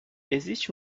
existe